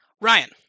Ryan